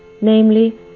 namely